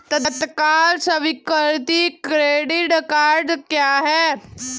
तत्काल स्वीकृति credit cards क्या हैं?